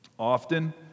Often